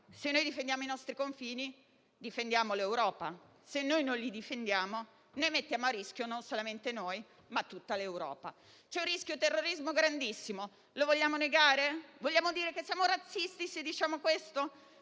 se difendiamo i nostri confini, difendiamo l'Europa; se non li difendiamo, mettiamo a rischio non solamente noi, ma tutta l'Europa. C'è un rischio terrorismo grandissimo, lo vogliamo negare? Vogliamo dire che siamo razzisti se diciamo questo?